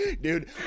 Dude